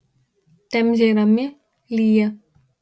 temzė rami lyja